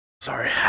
Sorry